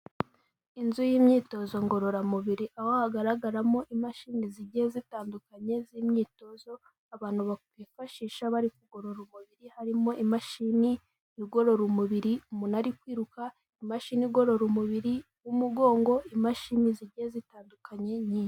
Inzu y'imyitozo ngororamubiri aho hagaragaramo imashini zigiye zitandukanye z'imyitozo abantu bakwifashisha bari kugorora umubiri, harimo imashini igorora umubiri umuntu ari kwiruka, imashini igorora umubiri w'umugongo, imashini zigiye zitandukanye nyinshi.